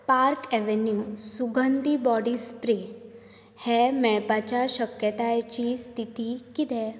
park Avenue सुगंधी body spray हें मेळपाच्या शक्यतायेची स्थिती कितें